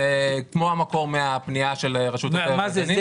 כמו המקור מהפנייה של רשות הטבע והגנים.